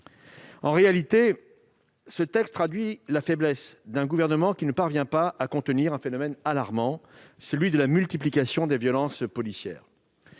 En réalité, ce texte traduit la faiblesse du Gouvernement, qui ne parvient pas à contenir le phénomène alarmant de la multiplication des violences policières.